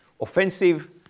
offensive